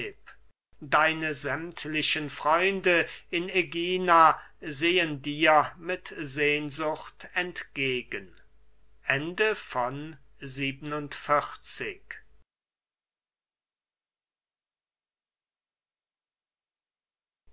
deine sämmtlichen freunde in ägina sehen dir mit sehnsucht entgegen